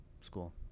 school